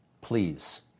Please